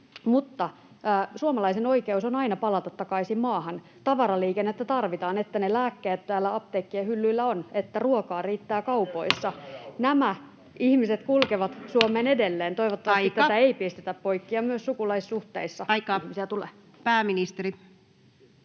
Mutta suomalaisen oikeus on aina palata takaisin maahan, tavaraliikennettä tarvitaan, että ne lääkkeet ovat täällä apteekkien hyllyillä ja että ruokaa riittää kaupoissa. Nämä ihmiset kulkevat Suomeen edelleen, [Puhemies: Aika!] toivottavasti sitä ei pistetä poikki. Ja myös sukulaissuhteissa ihmisiä